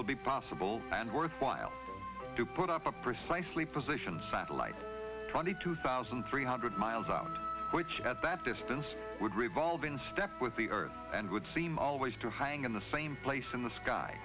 will be possible and worthwhile to put up a precisely positioned satellite twenty two thousand three hundred miles out which at that distance would revolve in step with the earth and would seem always to hang in the same place in the sky